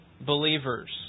believers